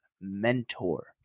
mentor